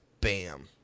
Bam